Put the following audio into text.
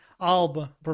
Alba